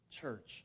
church